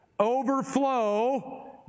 overflow